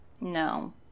No